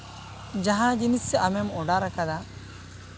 ᱡᱟᱦᱟᱸ ᱡᱤᱱᱤᱥ ᱟᱢᱮᱢ ᱚᱰᱟᱨ ᱟᱠᱟᱫᱟ